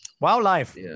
Wildlife